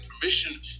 permission